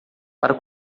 para